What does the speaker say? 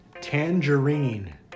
tangerine